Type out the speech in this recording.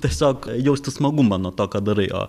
tiesiog jausti smagumą nuo to ką darai o